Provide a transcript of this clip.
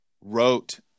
wrote